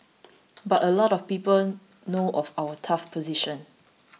but a lot of people know of our tough position